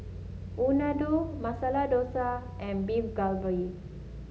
Unadon Masala Dosa and Beef Galbi